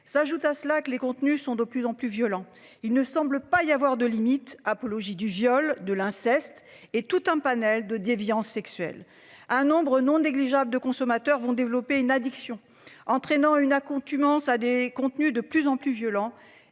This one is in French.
s'ajoute à cela que les contenus sont de plus en plus violents. Il ne semble pas y avoir de limites apologie du viol de l'inceste et tout un panel de déviance sexuelle. Un nombre non négligeable de consommateurs vont développer une addiction entraînant une accoutumance à des contenus de plus en plus violents